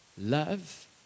Love